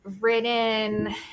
written